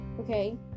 Okay